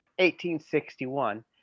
1861